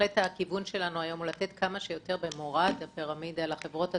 הכיוון שלנו היום הוא לתת כמה שיותר במורד הפירמידה לחברות התפעוליות.